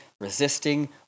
resisting